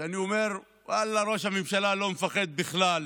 שאני אומר: ואללה, ראש הממשלה לא מפחד בכלל